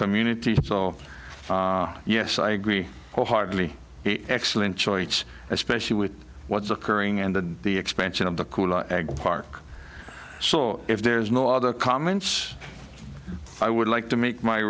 community so yes i agree wholeheartedly excellent choice especially with what's occurring and the expansion of the cool park so if there is no other comments i would like to make my